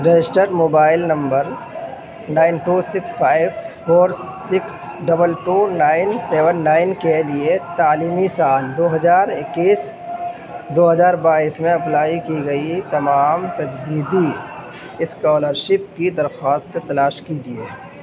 registered mobile number nine two six five four six double two nine seven nine کے لیے تعلیمی سال دو ہزار اکیس دو ہزار بائیس میں اپلائی کی گئی تمام تجدیدی اسکالرشپ کی درخواست تلاش کیجیے